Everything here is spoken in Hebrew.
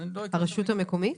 הרשות המקומית?